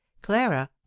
clara